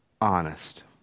honest